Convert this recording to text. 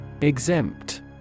Exempt